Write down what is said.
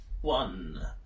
one